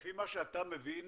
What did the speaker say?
לפי מה שאתה מבין,